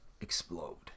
explode